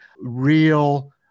real